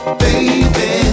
baby